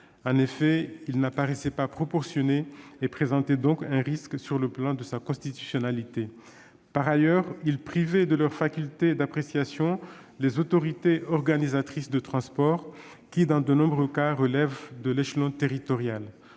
En effet, il n'apparaissait pas proportionné et présentait donc un risque sur le plan de sa constitutionnalité. Par ailleurs, il privait de leur faculté d'appréciation les AOT, qui, dans de nombreux cas, relèvent de l'échelon territorial.